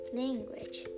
language